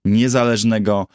niezależnego